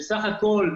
בסך הכול,